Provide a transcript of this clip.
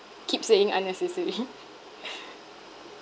keep saying unnecessary